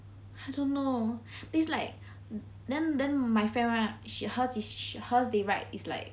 I don't know it's like then then my friend right she her hers they write is like